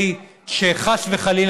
ובמקום לשכתב את ההיסטוריה היה עדיף שפולין,